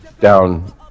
down